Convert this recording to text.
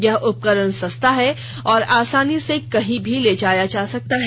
यह उपकरण सस्ता है और आसानी से कहीं भी ले जाया जा सकता है